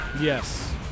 Yes